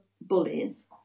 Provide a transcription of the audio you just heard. bullies